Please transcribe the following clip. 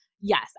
yes